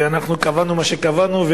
וקבענו מה שקבענו,